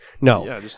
No